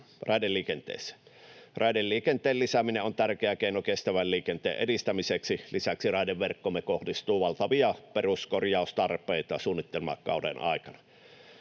raideliikenteeseen. Raideliikenteen lisääminen on tärkeä keino kestävän liikenteen edistämiseksi. Lisäksi raideverkkoomme kohdistuu valtavia peruskorjaustarpeita suunnitelmakauden aikana.